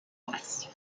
west